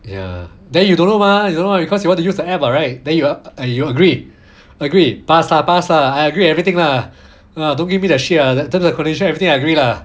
ya then you don't know mah you don't know lah because you wanna use the app [what] right then you and you agree agree pass pass pass lah I agree everything lah !huh! don't give me that shit ah that 真的 condition everything I agree lah